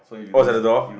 oh it's at the door